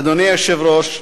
אדוני היושב-ראש,